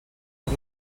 per